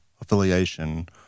affiliation